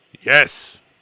Yes